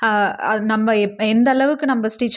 அது நம்ம இப் எந்த அளவுக்கு நம்ம ஸ்டிச்